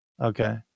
Okay